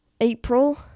april